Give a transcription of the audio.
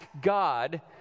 God